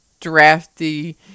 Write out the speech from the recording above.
drafty